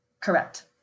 Correct